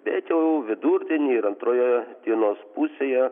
bet jau vidurdienį ir antroje dienos pusėje